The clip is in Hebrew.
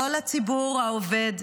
לא לציבור העובד,